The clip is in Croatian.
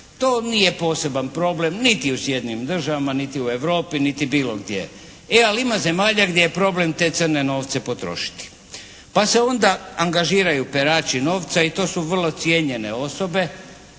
To nije poseban problem niti u Sjedinjenim Državama, niti u Europi, niti bilo gdje. E ali ima zemalja gdje je problem te crne novce potrošiti pa se onda angažiraju perači novca i to su vrlo cijenjene osobe